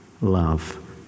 love